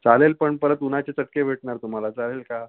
चालेल पण परत ऊनाचे चटके भेटणार तुम्हाला चालेल का